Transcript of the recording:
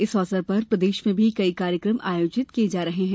इस अवसर पर प्रदेश में भी कई कार्यक्रम आयोजित किये जा रहे हैं